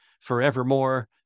forevermore